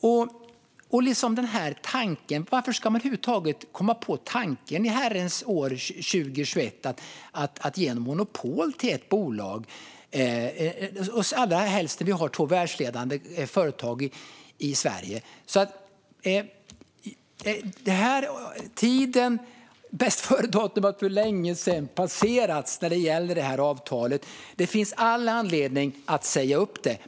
Hur kommer man i Herrens år 2021 över huvud taget på tanken att ge monopol till ett bolag, allrahelst som vi har två världsledande företag i Sverige? Bästföredatumet har för länge sedan passerats när det gäller detta avtal. Det finns all anledning att säga upp det.